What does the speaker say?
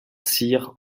cyr